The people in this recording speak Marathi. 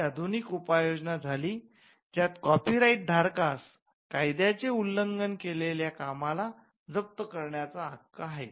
ही आधुनिक उपाययोजना झाली ज्यात कॉपी राईट धारकास कायद्याचे उल्लंघन केलेल्या कामाला जप्त करण्याचा हक्क आहे